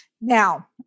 Now